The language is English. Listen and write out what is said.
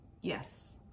Yes